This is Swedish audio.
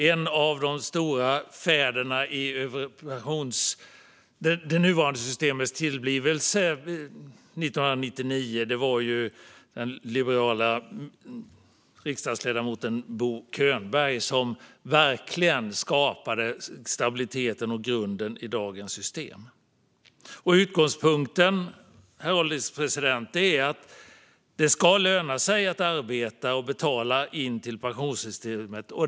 En av de stora fäderna vid det nuvarande systemets tillblivelse 1999 var den liberale riksdagsledamoten Bo Könberg, som skapade stabiliteten och grunden i dagens system. Utgångspunkten, herr ålderspresident, är att det ska löna sig att arbeta och betala in till pensionssystemet.